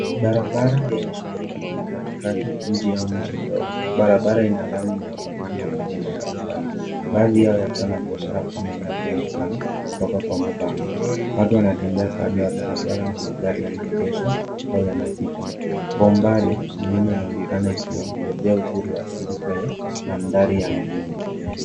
Barabara yenye shughuli mingi yenye mji mdogo, barabara ni ya lami inayopakana na jengo mbali mbali, baadhi yao yakiwa na biashara kama inavyoonekana kutoka kwa mabango, watu wanatembea kando ya barabara na magari yameegeshwa ambayo yanapita, kwa umbali milima inaonekana ikiongezea uzuri wa uasili kwenye maandhari ya mijini.